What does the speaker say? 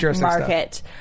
market